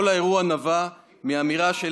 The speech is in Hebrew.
כל האירוע נבע מאמירה של,